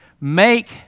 Make